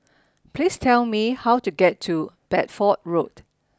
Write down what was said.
please tell me how to get to Bedford Road